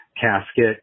casket